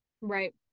right